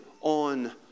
on